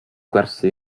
gwersi